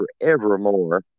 forevermore